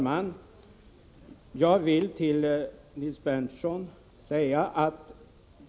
Herr talman!